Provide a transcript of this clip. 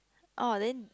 orh then